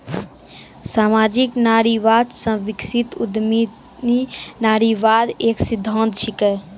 सामाजिक नारीवाद से विकसित उद्यमी नारीवाद एक सिद्धांत छिकै